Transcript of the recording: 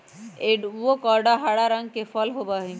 avocado हरा रंग के फल होबा हई